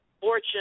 fortune